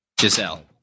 Giselle